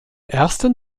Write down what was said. ersten